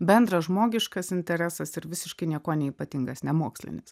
bendras žmogiškas interesas ir visiškai niekuo neypatingas nemokslinis